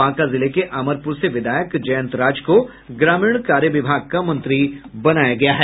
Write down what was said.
बांका जिले के अमरपुर से विधायक जयंत राज को ग्रामीण कार्य विभाग का मंत्री बनाया गया है